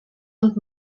und